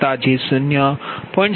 u